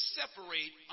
separate